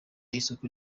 y’isoko